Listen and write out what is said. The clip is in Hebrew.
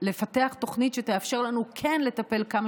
לפתח תוכנית שתאפשר לנו כן לטפל כמה